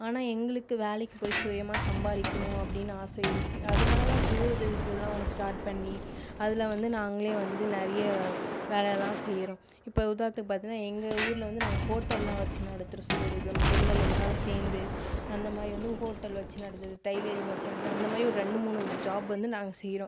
ஆனால் எங்களுக்கு வேலைக்கு போய் சுயமாக சம்பாதிக்கணும் அப்படின்னு ஆசை இருக்குது அதனால் தான் சுய உதவிக்குழுலாம் ஒன்று ஸ்டார்ட் பண்ணி அதில் வந்து நாங்களே வந்து நிறைய வேலைலாம் செய்கிறோம் இப்போ உதாரணத்துக்கு பார்த்தீங்கன்னா எங்கள் ஊரில் வந்து நாங்கள் ஹோட்டல்லாம் வச்சி நடத்துகிறோம் சுய உதவிகுழு பெண்கள் எல்லாரும் சேர்ந்து அந்தமாதிரி வந்து ஹோட்டல் வச்சு நடத்துகிறது டைலரிங் வச்சு நடத்துகிறது அந்தமாதிரி ஒரு ரெண்டு மூணு ஜாப் வந்து நாங்கள் செய்கிறோம்